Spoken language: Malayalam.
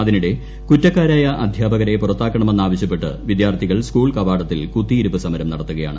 അതിനിടെ കുറ്റക്കാരായ അദ്ധ്യാപകരെ പുറത്താക്കണ്മെന്നാ വശ്യപ്പെട്ട് വിദ്യാർത്ഥികൾ സ്കൂൾ കവാടത്തിൽ കുത്തിയിരീപ്പ് സമരം നടത്തുകയാണ്